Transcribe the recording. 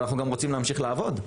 אבל אנחנו גם רוצים להמשיך לעבוד,